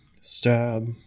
stab